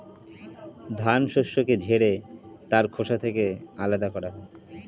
ধান শস্যকে ঝেড়ে তার খোসা থেকে আলাদা করা হয়